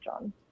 john